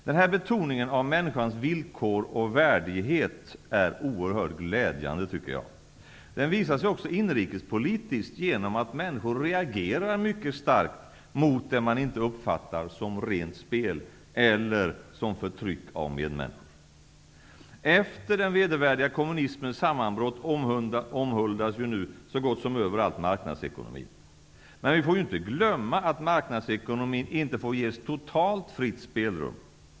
Den här betoningen av människans villkor och värdighet är oerhört glädjande, tycker jag. Den visar sig också inrikespolitiskt genom att människor reagerar mycket starkt mot det man inte uppfattar som rent spel, eller som förtryck av medmänniskor. Efter den vedervärdiga kommunismens sammanbrott omhuldas nu så gott som överallt marknadsekonomin. Men vi får inte glömma att marknadsekonomin inte får ges totalt fritt spelrum.